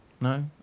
No